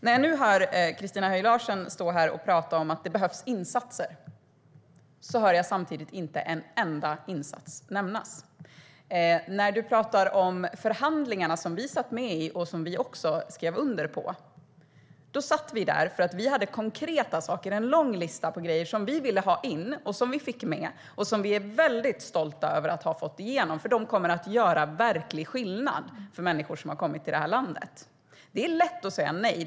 När du nu står här och talar om att det behövs insatser, Christina Höj Larsen, hör jag samtidigt inte en enda insats nämnas. Du talar om de förhandlingar som vi satt med i och som även vi skrev under på. Vi satt där för att vi hade konkreta saker - en lång lista med grejer - vi ville ha in och som vi fick med. Vi är väldigt stolta över att ha fått igenom dem, för de kommer att göra verklig skillnad för människor som har kommit till det här landet. Det är lätt att säga nej.